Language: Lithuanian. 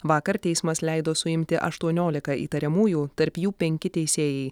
vakar teismas leido suimti aštuoniolika įtariamųjų tarp jų penki teisėjai